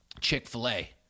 chick-fil-a